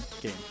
game